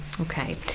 Okay